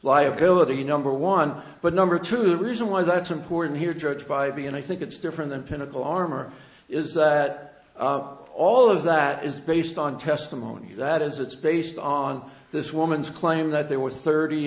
liability number one but number two the reason why that's important here judge bybee and i think it's different than pinnacle armor is that all of that is based on testimony that is it's based on this woman's claim that there were thirty